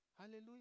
Hallelujah